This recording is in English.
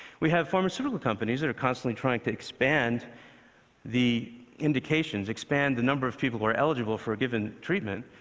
we have pharmaceutical companies that are constantly trying to expand the indications, expand the number of people who are eligible for a given treatment,